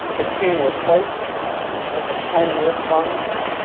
it's being replaced with a ten year fund.